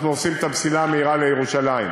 אנחנו עושים את המסילה המהירה לירושלים,